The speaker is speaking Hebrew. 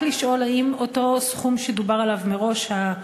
רק לשאול אם אותו סכום שדובר עליו מראש,